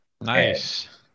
Nice